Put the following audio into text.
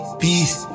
peace